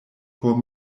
por